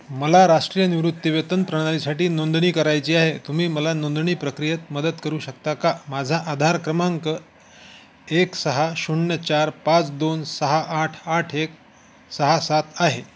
मला राष्ट्रीय निवृत्ती वेतन प्रणालीसाठी नोंदणी करायची आहे तुम्ही मला नोंदणी प्रक्रियेत मदत करू शकता का माझा आधार क्रमांक एक सहा शून्य चार पाच दोन सहा आठ आठ एक सहा सात आहे